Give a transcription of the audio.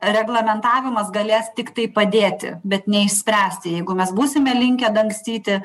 reglamentavimas galės tiktai padėti bet neišspręsti jeigu mes būsime linkę dangstyti